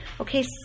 Okay